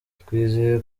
twizeye